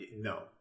No